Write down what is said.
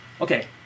okay